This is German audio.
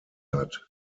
hat